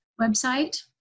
website